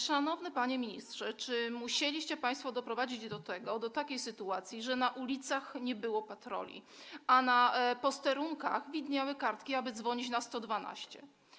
Szanowny panie ministrze, czy musieliście państwo doprowadzić do takiej sytuacji, że na ulicach nie było patroli, a na posterunkach widniały kartki, aby dzwonić na 112?